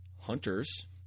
hunters